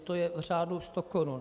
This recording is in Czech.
To je v řádu stokorun.